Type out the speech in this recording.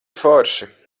forši